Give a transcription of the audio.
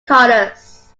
colors